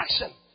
action